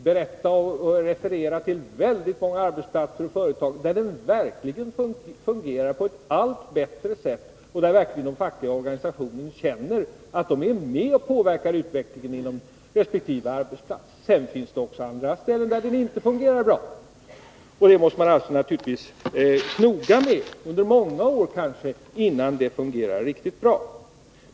Och jag kan referera till oerhört många arbetsplatser och företag där den verkligen fungerar på ett allt bättre sätt och där de fackliga organisationerna känner att de är med och påverkar utvecklingen på resp. arbetsplats. Det finns samtidigt andra ställen där den inte fungerar bra. Detta måste vi naturligtvis knoga med, kanske under många år, innan den fungerar riktigt bra.